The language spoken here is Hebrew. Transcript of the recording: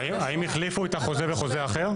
האם החליפו את החוזה בחוזה אחר?